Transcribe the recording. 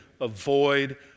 avoid